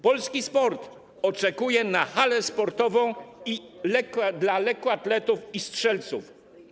Polski sport oczekuje na halę sportową dla lekkoatletów i strzelców.